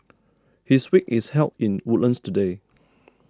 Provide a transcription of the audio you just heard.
his wake is held in Woodlands today